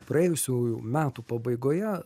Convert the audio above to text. praėjusiųjų metų pabaigoje